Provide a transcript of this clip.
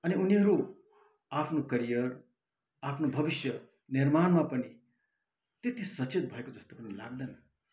अनि उनीहरू आफ्नो करियर आफ्नो भविष्य निर्माणमा पनि त्यति सचेत भएको जस्तो पनि लाग्दैन